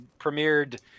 premiered